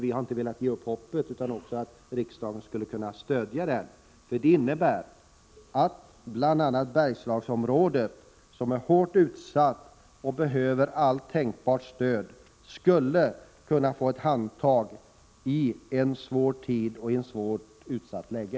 Vi har inte velat ge upp hoppet att riksdagen skulle kunna stödja den. Det innebär att bl.a. Bergslagsområdet, som är hårt utsatt och behöver allt tänkbart stöd, skulle kunna få ett handtag i en svår tid och i ett utsatt läge.